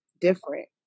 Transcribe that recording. different